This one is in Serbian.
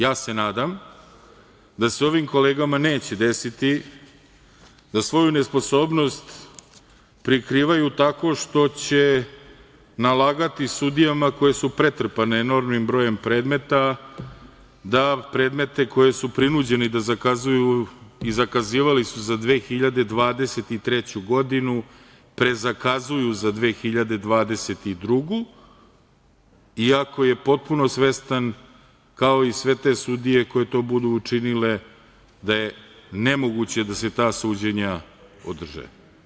Ja se nadam da se ovim kolegama neće desiti da svoju nesposobnost prikrivaju tako što će nalagati sudijama koje su pretrpane enormnim brojem predmeta da predmete koje su prinuđeni da zakazuju i zakazivali su za 2023. godinu prezakazuju za 2022. godinu iako je potpuno svestan, kao i sve te sudije koje to budu učinile da je nemoguće da se ta suđenja održe.